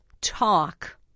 talk